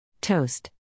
toast